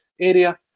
area